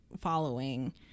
following